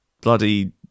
bloody